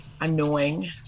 annoying